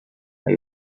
are